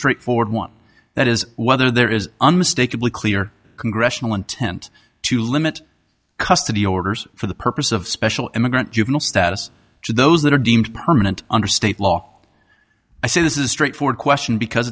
ford one that is whether there is unmistakably clear congressional intent to limit custody orders for the purpose of special immigrant juvenile status to those that are deemed permanent under state law i say this is a straightforward question because